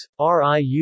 RIU